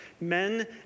men